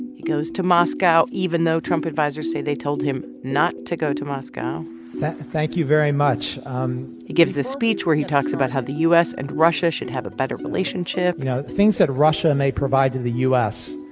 he goes to moscow even though trump advisers say they told him not to go to moscow thank you very much um he gives this speech where he talks about how the u s. and russia should have a better relationship you know, things that russia may provide to the u s.